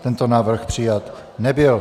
Tento návrh přijat nebyl.